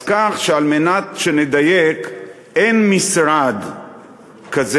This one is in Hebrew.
אז כך שעל מנת שנדייק, אין משרד כזה,